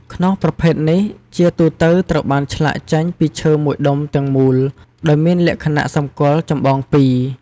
ខ្នោសប្រភេទនេះជាទូទៅត្រូវបានឆ្លាក់ចេញពីឈើមួយដុំទាំងមូល ដោយមានលក្ខណៈសម្គាល់ចម្បងពីរ។